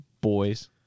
boys